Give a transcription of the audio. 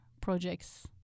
projects